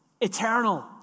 eternal